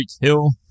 Hill